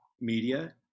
media